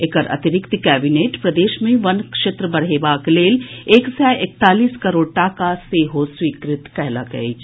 एकर अतिरिक्त कैंबिनेट प्रदेश मे वन क्षेत्र बढ़ेबाक लेल एक सय एकतालीस करोड़ टाका सेहो स्वीकृत कयलक अछि